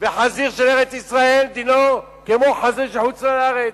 וחזיר של ארץ-ישראל דינו כדין חזיר של חוץ-לארץ,